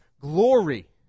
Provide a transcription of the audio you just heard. glory